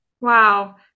Wow